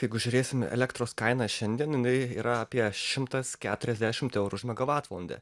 jeigu žiūrėsime elektros kainą šiandien jinai yra apie šimtas keturiasdešimt eurų už megavatvalandę